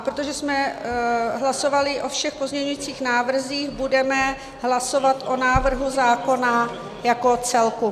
Protože jsme hlasovali o všech pozměňovacích návrzích, budeme hlasovat o návrhu zákona jako celku.